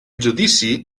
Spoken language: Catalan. judici